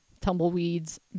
Tumbleweeds